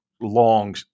long